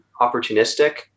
opportunistic